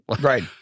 Right